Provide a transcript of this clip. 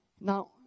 Now